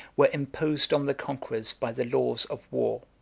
were imposed on the conquerors by the laws of war.